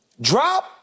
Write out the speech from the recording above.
drop